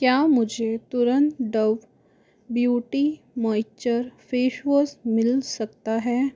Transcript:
क्या मुझे तुरंत Dove beauty moisture face wash मिल सकता है